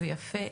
ויפה,